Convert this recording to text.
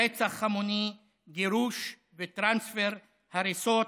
רצח המוני, גירוש וטרנספר, הריסות,